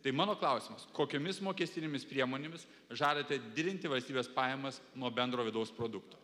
tai mano klausimas kokiomis mokestinėmis priemonėmis žadate didinti valstybės pajamas nuo bendro vidaus produkto